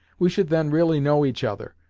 we should then really know each other,